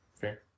fair